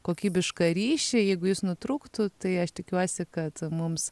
kokybišką ryšį jeigu jis nutrūktų tai aš tikiuosi kad mums